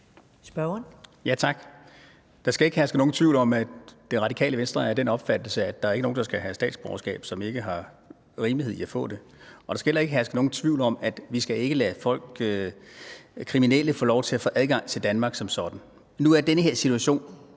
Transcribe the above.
Sjøberg (RV): Tak. Der skal ikke herske nogen tvivl om, at Det Radikale Venstre er af den opfattelse, at der ikke er nogen, der skal have statsborgerskab, hvis der ikke er rimelighed i, at de får det. Der skal heller ikke herske nogen tvivl om, at vi ikke skal give folk, der er kriminelle, lov til at få adgang til Danmark som sådan. Nu er den her situation